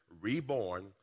reborn